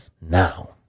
Now